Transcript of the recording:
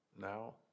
now